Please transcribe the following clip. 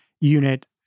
unit